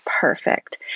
perfect